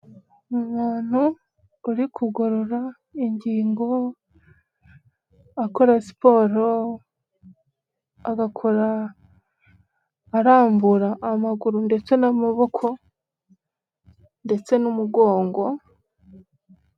Umuntu uri kugorora ingingo akora siporo agakora arambura amaguru ndetse n'amaboko ndetse n'umugongo.